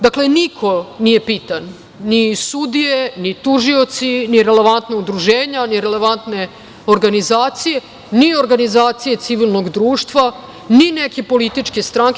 Dakle, niko nije pitan, ni sudije, ni tužioci, ni relevantna udruženja, ni relevantne organizacije, ni organizacije civilnog društva, ni neke političke stranke.